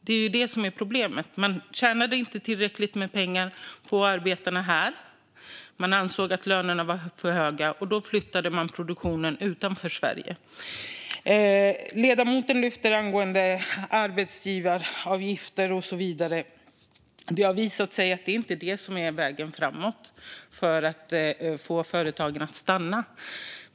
Det är ju det som är problemet; man tjänade inte tillräckligt med pengar på arbetarna här. Man ansåg att lönerna var för höga, och då flyttade man produktionen utanför Sverige. Ledamoten lyfter en sänkning arbetsgivaravgifter och så vidare. Det har visat sig att det inte är det som är vägen framåt för att få företagen att stanna.